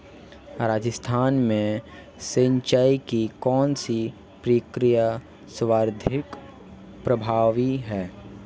राजस्थान में सिंचाई की कौनसी प्रक्रिया सर्वाधिक प्रभावी है?